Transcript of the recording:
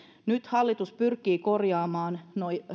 nyt hallitus pyrkii korjaamaan